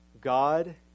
God